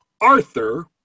Arthur